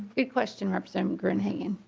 good question representative gruenhagen.